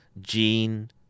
gene